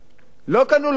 לא קנו לו מונית,